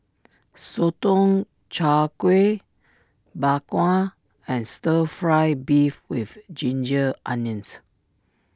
Sotong Char Kway Bak Kwa and Stir Fry Beef with Ginger Onions